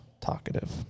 talkative